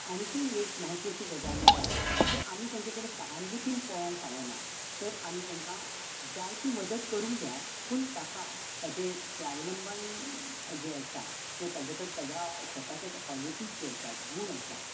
आनीकय एक म्हत्वाची गजाल म्हणल्यार की आमी तांचे कडेन सहानुभूतीन पळोवंक फावना तर आमी तांकां जाय ती मदत करूंक जाय पूण ताका ताचे स्वावलंबन जे आसा ते ताचे कडेन ताच्या स्वताचे कोलिटीज जे आसा गूण जे आसात